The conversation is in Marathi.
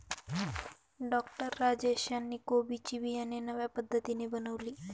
डॉक्टर राजेश यांनी कोबी ची बियाणे नव्या पद्धतीने बनवली